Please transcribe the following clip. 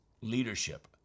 leadership